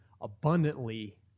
abundantly